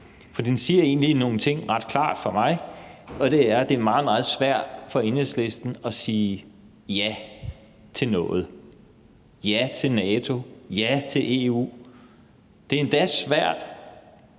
for den gør egentlig nogle ting ret klart for mig, og det er, at det er meget, meget svært for Enhedslisten at sige ja til noget: ja til NATO, ja til EU. Det er endda svært